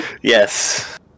Yes